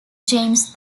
james